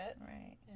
Right